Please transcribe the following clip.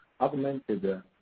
augmented